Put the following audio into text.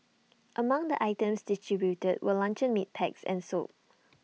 among the items distributed were luncheon meat packs and soap